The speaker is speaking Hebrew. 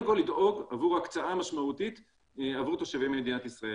כל לדאוג עבור הקצאה משמעותית עבור תושבי מדינת ישראל,